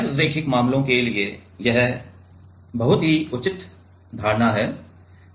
गैर रैखिक मामलों के लिए यह भी बहुत ही उचित धारणा है